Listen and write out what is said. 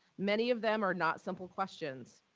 many of them are not simple questions.